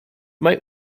might